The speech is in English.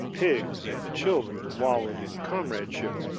pigs and children wallowed in comradeship,